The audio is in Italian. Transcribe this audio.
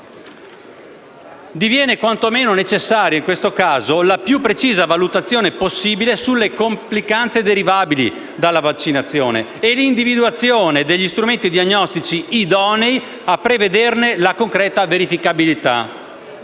Diviene quantomeno necessaria, in questo caso, la più precisa valutazione possibile sulle complicanze derivabili dalla vaccinazione e l'individuazione degli strumenti diagnostici idonei a prevederne la concreta verificabilità.